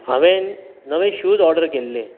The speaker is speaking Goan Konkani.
हांवेन नवे शूज ऑर्डर केल्ले